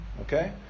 Okay